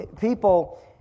people